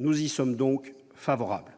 Nous y sommes favorables.